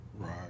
right